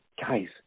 Guys